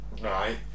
Right